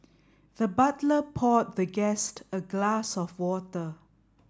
the butler poured the guest a glass of water